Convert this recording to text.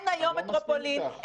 אני לא מסכים אתך.